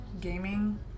gaming